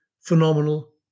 phenomenal